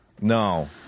No